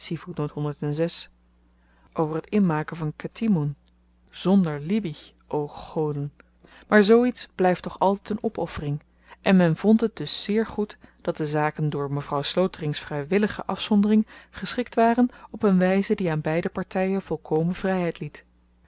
over t inmaken van ketimon zonder liebig o goden maar zoo iets blyft toch altyd een opoffering en men vond het dus zeer goed dat de zaken door mevrouw sloterings vrywillige afzondering geschikt waren op een wyze die aan beide partyen volkomen vryheid liet